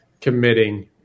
committing